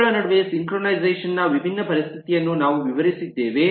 ಅವುಗಳ ನಡುವೆ ಸಿಂಕ್ರೊನೈಸೇಶನ್ ನ ವಿಭಿನ್ನ ಪರಿಸ್ಥಿತಿಯನ್ನು ನಾವು ವಿವರಿಸಿದ್ದೇವೆ